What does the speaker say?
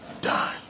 done